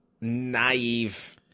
naive